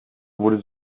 wurde